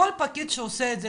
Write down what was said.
כל פקיד שעושה את זה,